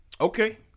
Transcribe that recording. Okay